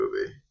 movie